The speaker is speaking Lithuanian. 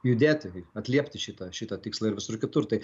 judėti atliepti šitą šitą tikslą ir visur kitur tai